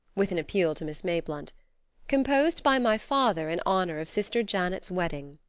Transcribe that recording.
with an appeal to miss mayblunt composed by my father in honor of sister janet's wedding.